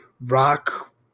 rock